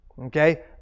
Okay